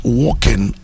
walking